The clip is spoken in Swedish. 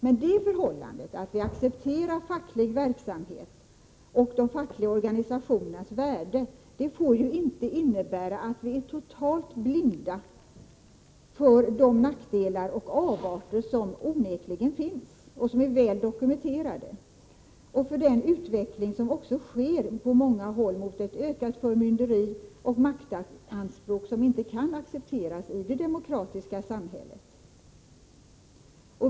Men det förhållandet att vi accepterar facklig verksamhet och de fackliga organisationernas värde får ju inte innebära att vi är totalt blinda för de nackdelar och avarter som onekligen finns — och som är väl dokumenterade — och för den utveckling som också sker på många håll mot ökat förmynderi och maktanspråk som inte kan accepteras i det demokratiska samhället.